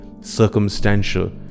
circumstantial